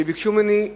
שביקשו ממני: